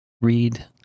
read